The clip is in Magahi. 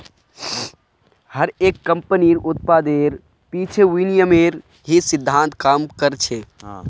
हर एक कम्पनीर उत्पादेर पीछे विनिमयेर ही सिद्धान्त काम कर छे